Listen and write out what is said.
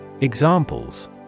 Examples